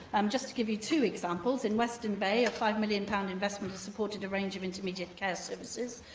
um just to give you two examples, in western bay, a five million pounds investment has supported a range of intermediate care services.